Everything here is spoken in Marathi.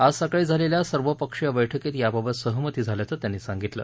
आज सकाळी झालेल्या सर्वपक्षीय बैठकीत याबाबत सहमती झाल्याचं त्यांनी सांगितलं